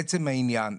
לעצם העניין,